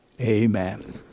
Amen